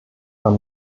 man